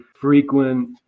frequent